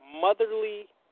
motherly